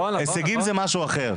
הישגים זה משהו אחר,